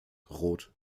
rot